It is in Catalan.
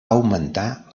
augmentar